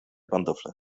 pantofle